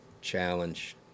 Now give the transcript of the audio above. challenge